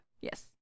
Yes